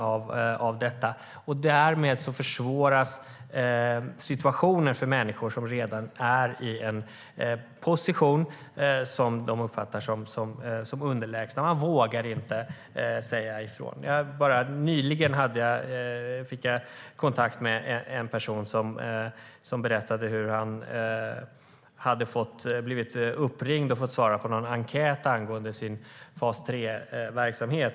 Därmed försvåras situationen för människor som redan är i en utsatt position. De vågar inte säga ifrån. Nyligen fick jag kontakt med en person som berättade hur han blivit uppringd och fått svara på en enkät angående sin fas 3-verksamhet.